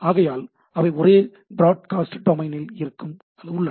ஆகையால் அவை ஒரே பிரோடுகேஸ்ட் டொமைன் ல் உள்ளன